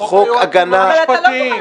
חוק היועצים המשפטיים,